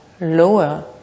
lower